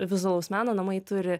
vizualaus meno namai turi